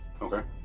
Okay